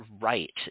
right